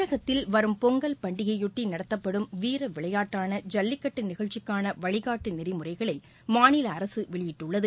தமிழகத்தில் வரும் பொங்கல் பண்டிகையையொட்டி நடத்தப்படும் வீர விளையாட்டான ஜல்லிக்கட்டு நிகழ்ச்சிக்கான வழிகாட்டு நெறிமுறைகளை மாநில அரசு வெளியிட்டுள்ளது